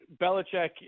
Belichick